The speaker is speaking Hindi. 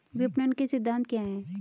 विपणन के सिद्धांत क्या हैं?